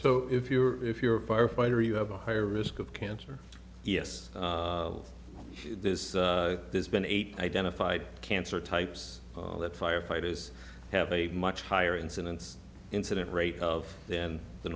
so if you're if you're a firefighter you have a higher risk of cancer yes this has been eight identified cancer types that firefighters have a much higher incidence incident rate of then the